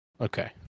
okay